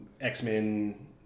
X-Men